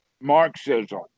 Marxism